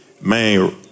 Man